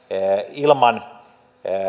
ilman